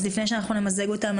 אז לפני שנמזג אותן,